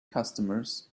customers